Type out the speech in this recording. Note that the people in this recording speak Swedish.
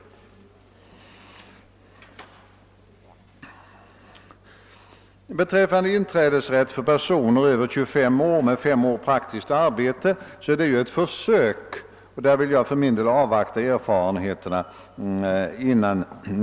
Inträdesrätt för personer över 25 år med fem års praktiskt arbete är ett försök, och där vill jag avvakta erfarenheterna.